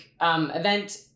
event